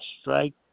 strike